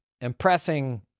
impressing